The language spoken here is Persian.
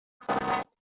خواهد